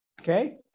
Okay